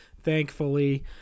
thankfully